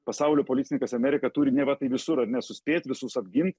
pasaulio policininkas amerika turi neva tai visur ar ne suspėt visus apgint